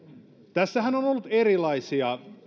tässähän on on ollut erilaisia